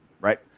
right